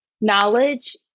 Knowledge